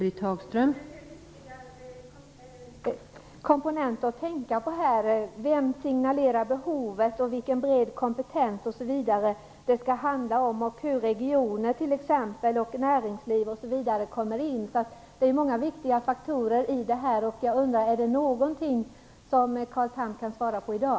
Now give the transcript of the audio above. Fru talman! Viktiga komponenter att tänka på i detta sammanhang är vem som signalerar om behovet, vilken bredd på kompetensen som det skall handla om och t.ex. hur regioner och näringsliv kommer in. Det finns alltså många viktiga faktorer att ta ställning till, och jag undrar om Carl Tham kan ge besked på någon punkt i dag.